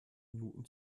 minuten